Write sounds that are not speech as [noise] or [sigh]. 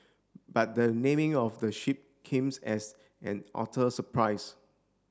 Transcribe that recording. but the naming of the ship [unintelligible] as an utter surprise